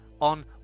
on